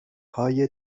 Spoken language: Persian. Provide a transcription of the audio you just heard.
های